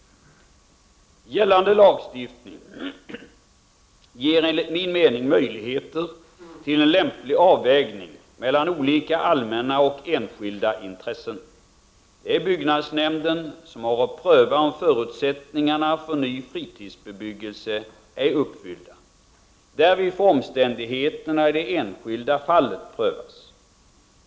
Gällande lagstiftning ger enligt min mening möjligheter till en lämplig avvägning mellan olika allmänna och enskilda intressen. Det är byggnadsnämnden som har att pröva om förutsättningarna för ny fritidsbebyggelse är uppfyllda. Därvid får omständigheterna i det enskilda fallet prövas.